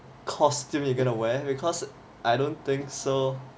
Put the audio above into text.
costumes you're going to wear because I don't think so